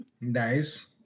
Nice